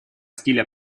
стиля